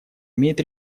имеет